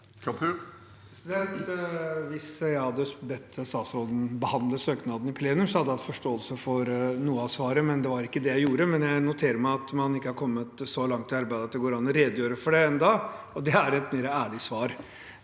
Hvis jeg hadde bedt statsråden behandle søknadene i plenum, hadde jeg hatt forståelse for noe av svaret, men det var ikke det jeg gjorde. Men jeg noterer meg at man ikke har kommet så langt i arbeidet at det går an å redegjøre for det enda. Det er et mer ærlig svar,